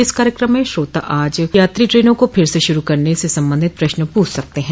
इस कार्यक्रम में श्रोता आज स यात्री ट्रेनों को फिर से शुरू करने से संबंधित प्रश्न पूछ सकते हैं